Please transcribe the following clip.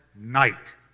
night